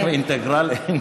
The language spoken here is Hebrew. אמרו לי שזה חלק אינטגרלי,